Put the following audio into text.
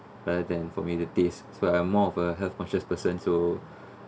rather than for me the taste so I'm more of a health conscious person so